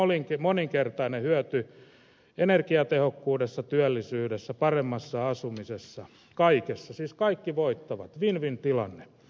tulee moninkertainen hyöty energiatehokkuudessa työllisyydessä paremmassa asumisessa kaikessa siis kaikki voittavat winwin tilanne